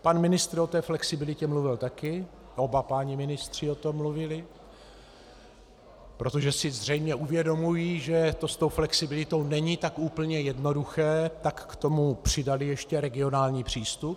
Pan ministr o flexibilitě mluvil taky, oba páni ministři o tom mluvili, protože si zřejmě uvědomují, že to s flexibilitou není tak úplně jednoduché, a tak k tomu přidali ještě regionální přístup.